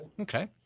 okay